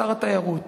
שר התיירות